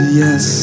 yes